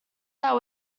out